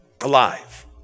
alive